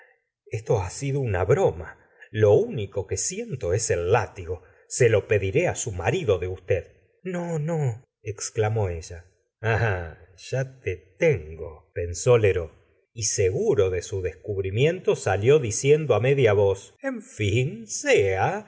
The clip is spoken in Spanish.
esto ha sido una broma lo umco que siento e el látigo se lo pediré á su marido de usted n o no exclamó ella ah ya te tengo pensó lheureux y seguro de su descubrimiento salió diciendo á media voz en fin sea